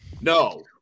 No